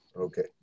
okay